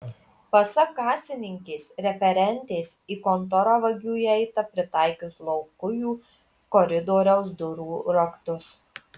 pasak kasininkės referentės į kontorą vagių įeita pritaikius laukujų koridoriaus durų raktus